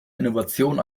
innovation